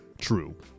true